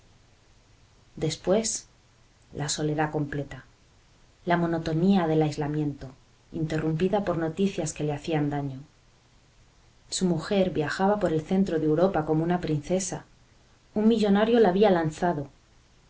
después la soledad completa la monotonía del aislamiento interrumpida por noticias que le hacían daño su mujer viajaba por el centro de europa como una princesa un millonario la había lanzado